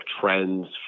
trends